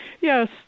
Yes